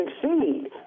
succeed